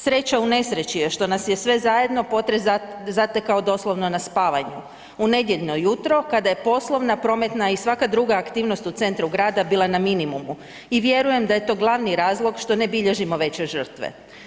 Sreća u nesreći je što nas je sve zajedno potres zatekao doslovno na spavanju, u nedjeljno jutro kada je poslovna, prometna i svaka druga aktivnost u centru grada bila na minimumu i vjerujem da je to glavni razlog što ne bilježimo veće žrtve.